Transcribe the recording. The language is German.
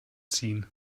ziehen